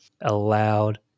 allowed